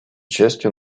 частью